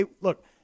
look